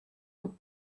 nom